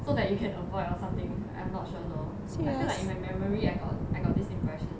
so that you can avoid or something I'm not sure though I feel like in my memory I got I got this impression